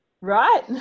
right